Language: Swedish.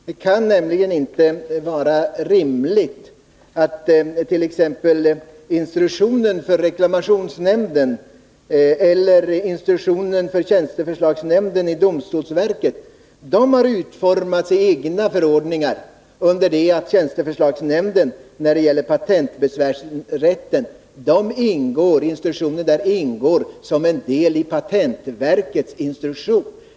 Det kan nämligen inte vara rimligt att t.ex. reklamationsnämnden och tjänsteförslagsnämnden i domstolsverket utfärdar egna förordningar, under det att tjänsteförslagsnämnden när det gäller patentbesvärsrätten har instruktioner som ingår som en del i patentverkets instruktioner.